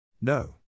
No